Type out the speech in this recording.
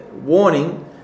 warning